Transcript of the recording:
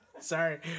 Sorry